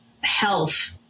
health